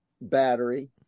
battery